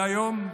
והיום,